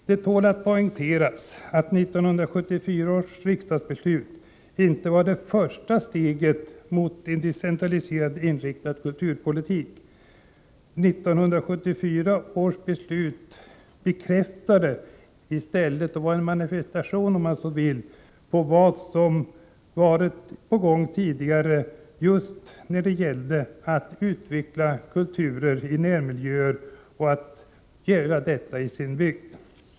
Det tål att poängteras att 1974 års riksdagsbeslut inte var det första steget mot en decentralistiskt inriktad kulturpolitik. Riksdagsbeslutet var i stället en manifestation och en bekräftelse på att den inslagna vägen var den rätta just när det gällde att få ut kulturen i närmiljöerna och låta människorna möta den i sin bygd.